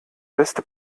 beste